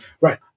right